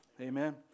Amen